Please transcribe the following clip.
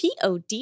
pod